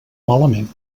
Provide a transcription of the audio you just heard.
malament